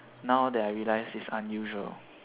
now that I realize is unusual